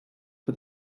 for